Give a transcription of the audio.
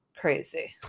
crazy